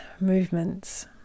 movements